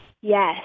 Yes